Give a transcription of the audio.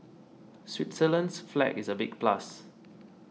Switzerland's flag is a big plus